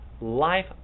life